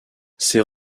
ses